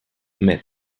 met